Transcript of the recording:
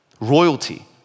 Royalty